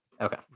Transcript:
Okay